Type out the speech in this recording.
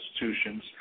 institutions